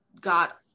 got